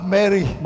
Mary